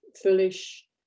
foolish